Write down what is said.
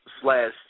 slash